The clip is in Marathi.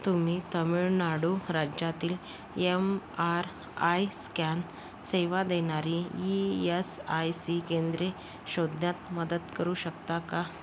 तुम्ही तामीळनाडू राज्यातील यम आर आय स्कॅन सेवा देणारी ई यस आय सी केंद्रे शोधण्यात मदत करू शकता का